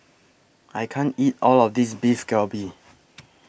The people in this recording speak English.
I can't eat All of This Beef Galbi